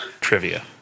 trivia